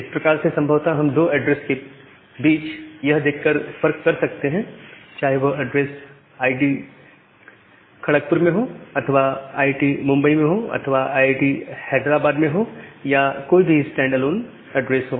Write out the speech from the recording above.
इस प्रकार से संभवत हम दो एड्रेस इसके बीच यह देख कर फर्क कर सकते हैं चाहे वह एड्रेस आईआईटी खड़कपुर में हो या आईआईटी मुंबई में हो या आईआईटी हैदराबाद में हो या कोई स्टैंड अलोन एड्रेस हो